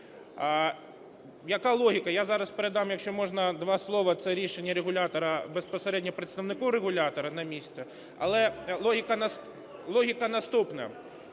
Яка логіка? Я зараз передам, якщо можна, два слова, це рішення регулятора, безпосередньо представнику регулятора на місце. Але логіка наступна.